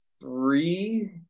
three